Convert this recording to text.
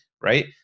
right